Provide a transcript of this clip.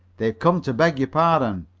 they've come to beg your pardon.